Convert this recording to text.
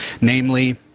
namely